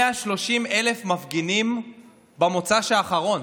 130,000 מפגינים במוצ"ש האחרון,